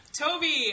Toby